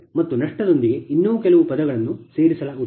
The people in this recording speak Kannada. ಮತ್ತು ನಷ್ಟದೊಂದಿಗೆ ಇನ್ನೂ ಕೆಲವು ಪದಗಳನ್ನು ಸೇರಿಸಲಾಗುತ್ತದೆ